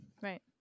right